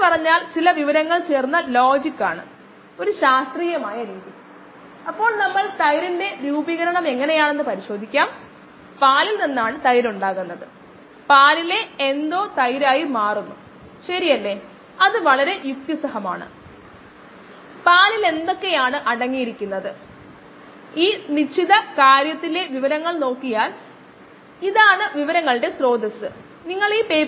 ഈ സാഹചര്യത്തിൽ 0 നും 10 മിനിറ്റിനും ഇടയിലുള്ള ആദ്യ സമയ ഇടവേള 10 മുതൽ 20 മിനിറ്റ് വരെ രണ്ടാമത്തെ സമയ ഇടവേള 20 മുതൽ 50 മിനിറ്റ് വരെ മൂന്നാമത്തെ സമയ ഇടവേള 50 മുതൽ 100 വരെ നാലാം തവണ ഇടവേള